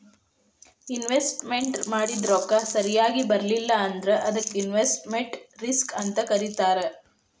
investment ಮಾಡಿದ್ ರೊಕ್ಕ ಸರಿಯಾಗ್ ಬರ್ಲಿಲ್ಲಾ ಅಂದ್ರ ಅದಕ್ಕ ಇನ್ವೆಸ್ಟ್ಮೆಟ್ ರಿಸ್ಕ್ ಅಂತ್ ಕರೇತಾರ